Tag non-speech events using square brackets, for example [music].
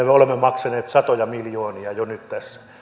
[unintelligible] me olemme maksaneet satoja miljoonia jo nyt tässä